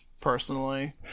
personally